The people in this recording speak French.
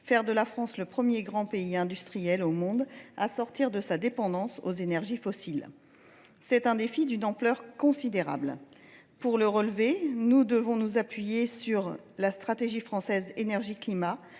faire de la France le premier grand pays industriel au monde à sortir de sa dépendance aux énergies fossiles. Il s’agit d’un défi d’une ampleur considérable. Pour le relever, nous devons nous appuyer sur la stratégie française pour